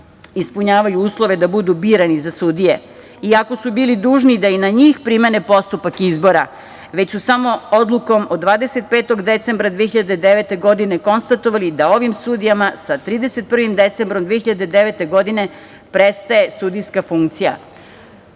ispunjavaju uslove da budu birani za sudije, iako su bili dužni da i na njih primene postupak izbora, već su samo odlukom od 25. decembra 2009. godine, konstatovali da ovim sudijama sa 31. decembrom 2009. godine prestaje sudijska funkcija. To